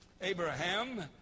Abraham